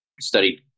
Studied